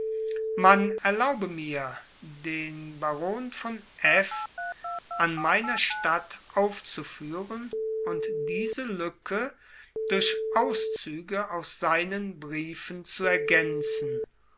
man erlaube mir den baron von f an meiner statt aufzuführen und diese lücke durch auszüge aus seinen briefen zu ergänzen